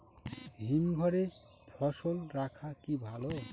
হিমঘরে ফসল রাখা কি ভালো?